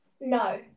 No